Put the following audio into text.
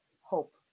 hope